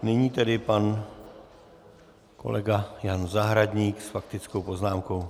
Nyní tedy pan kolega Jan Zahradník s faktickou poznámkou.